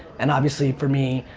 and obviously for me,